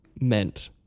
meant